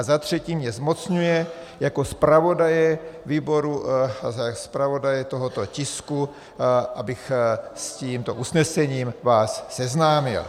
Za třetí mě zmocňuje jako zpravodaje výboru a zpravodaje tohoto tisku, abych vás s tímto usnesením seznámil.